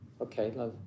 Okay